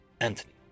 Anthony